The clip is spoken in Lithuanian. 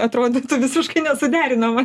atrodytų visiškai nesuderinama